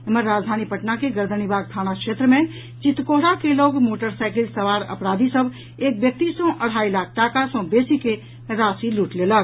एम्हर राजधानी पटना के गर्दनीबाग थाना क्षेत्र मे चितकोहरा के लऽग मोटरसाईकिल सवार अपराधी सभ एक व्यक्ति सँ अढ़ाई लाख टाका सऽ बेसी के राशि लूटि लेलक